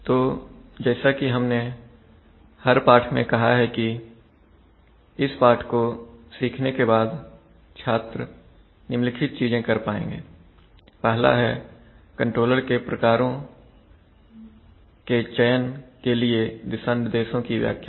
तो जैसा कि हमने हर पाठ में कहा है कि इस पाठ को सीखने के बाद छात्र निम्नलिखित चीजें कर पाएंगे पहला है कंट्रोलर के प्रकारों के चयन के लिए दिशा निर्देशों की व्याख्या